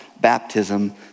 baptism